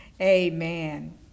Amen